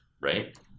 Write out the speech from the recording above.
right